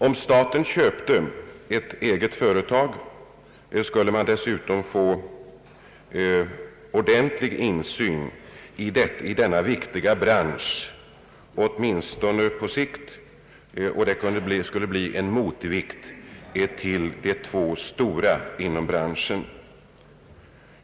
Om staten köpte ett eget företag skulle man dessutom få ordentlig insyn i denna viktiga bransch — åtminstone på längre sikt — och kunna skapa en motvikt till de två stora inom branschen.